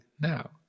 now